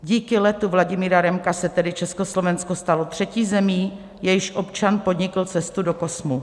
Díky letu Vladimíra Remka se tedy Československo stalo třetí zemí, jejíž občan podnikl cestu do kosmu.